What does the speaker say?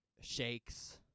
shakes